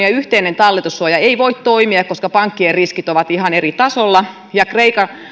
ja yhteinen talletussuoja eivät voi toimia koska pankkien riskit ovat ihan eri tasolla ja kreikan